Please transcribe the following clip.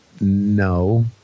no